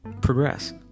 progress